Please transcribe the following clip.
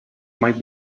might